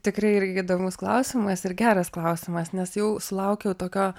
tikrai irgi įdomus klausimas ir geras klausimas nes jau sulaukiau tokio